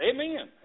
Amen